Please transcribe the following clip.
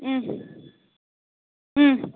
ம் ம்